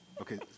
Okay